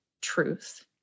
truth